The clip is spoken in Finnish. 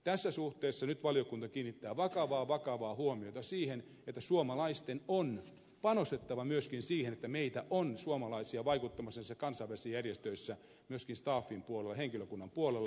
tässä suhteessa nyt valiokunta kiinnittää vakavaa vakavaa huomiota siihen että suomalaisten on panostettava myöskin siihen että meitä suomalaisia on vaikuttamassa kansainvälisissä järjestöissä myöskin staffin puolella henkilökunnan puolella